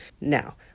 Now